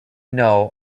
know